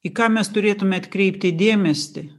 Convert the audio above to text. į ką mes turėtume atkreipti dėmesį